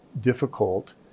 difficult